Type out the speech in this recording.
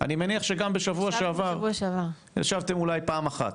אני מניח שגם בשבוע שעבר ישבתם אולי פעם אחת.